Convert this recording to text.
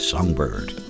Songbird